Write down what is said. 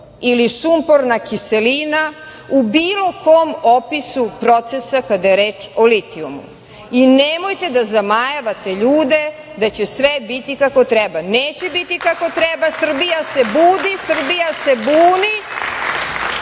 ili sumporna kiselina u bilo kom opisu procesa kada je reč o litijumu i nemojte da zamajavate ljude da će sve biti kako treba. Neće biti kako treba. Srbija se budi. Srbija se buni